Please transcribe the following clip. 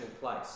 place